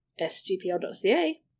sgpl.ca